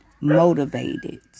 motivated